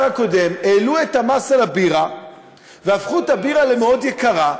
העלו את המס על הבירה והפכו את הבירה למאוד יקרה,